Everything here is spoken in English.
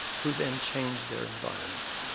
who then change their environment.